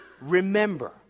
remember